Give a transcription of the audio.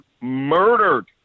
murdered